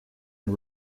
and